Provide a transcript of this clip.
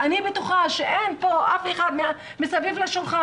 אני בטוחה שאין אף אחד כאן מסביב לשולחן